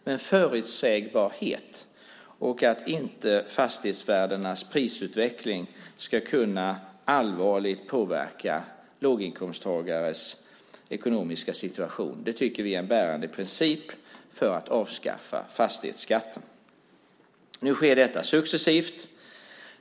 Men förutsägbarhet och att fastighetsvärdenas prisutveckling inte ska kunna allvarligt påverka låginkomsttagares ekonomiska situation tycker vi är en bärande princip för att avskaffa fastighetsskatten. Nu sker detta successivt.